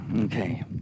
Okay